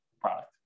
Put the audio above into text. product